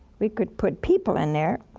we could put people in there,